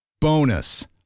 Bonus